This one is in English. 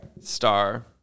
Star